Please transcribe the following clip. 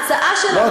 מה הקשר?